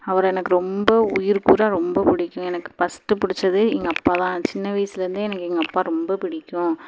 அவரை எனக்கு ரொம்ப உயிருக்கு உயிராக ரொம்ப பிடிக்கும் எனக்கு ஃபஸ்ட்டு பிடிச்சதே எங்கள் அப்பாதான் சின்ன வயசுலேயிருந்தே எனக்கு எங்கள் அப்பா ரொம்ப பிடிக்கும்